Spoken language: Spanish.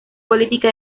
política